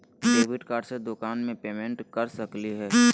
Debit card से दुकान में पेमेंट कर सकली हई?